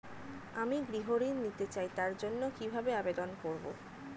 আমি গৃহ ঋণ নিতে চাই তার জন্য কিভাবে আবেদন করব?